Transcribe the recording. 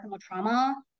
trauma